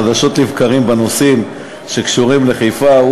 חדשות לבקרים בנושאים שקשורים לחיפה.